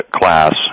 class